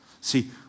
See